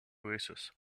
oasis